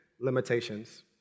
limitations